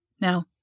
Now